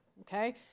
okay